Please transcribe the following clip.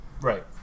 Right